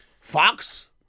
Fox